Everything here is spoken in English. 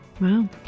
Wow